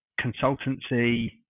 consultancy